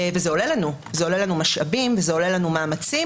וזה עולה לנו משאבים וזה עולה לנו מאמצים.